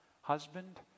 husband